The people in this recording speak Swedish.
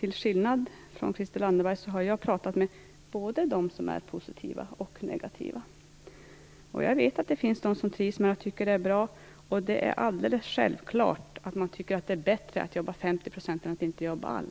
Till skillnad från Christel Anderberg har jag pratat både med dem som är positiva och med dem som är negativa. Jag vet att det finns de som trivs och tycker att det är bra. Det är alldeles självklart att man tycker att det är bättre att jobba 50 % än att inte alls jobba.